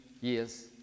years